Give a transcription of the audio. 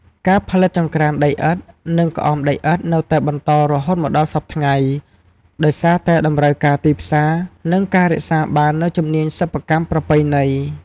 ការផលិតចង្ក្រានដីឥដ្ឋ និងក្អមដីឥដ្ឋនៅតែបន្តរហូតមកដល់សព្វថ្ងៃ ដោយសារតែតម្រូវការទីផ្សារ និងការរក្សាបាននូវជំនាញសិប្បកម្មប្រពៃណី។